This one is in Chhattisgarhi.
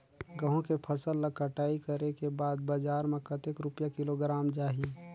गंहू के फसल ला कटाई करे के बाद बजार मा कतेक रुपिया किलोग्राम जाही?